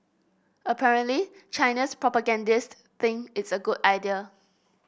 apparently China's propagandist think it's a good idea